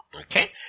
Okay